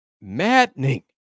maddening